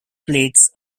plates